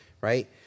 right